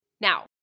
Now